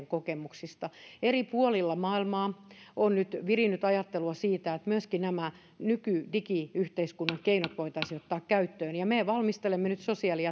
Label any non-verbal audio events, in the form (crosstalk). (unintelligible) kokemuksista eri puolilla maailmaa on nyt virinnyt ajattelua siitä että myöskin nämä nykydigiyhteiskunnan keinot voitaisiin ottaa käyttöön ja me valmistelemme nyt sosiaali (unintelligible)